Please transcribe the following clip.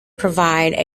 provide